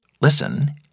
Listen